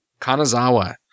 kanazawa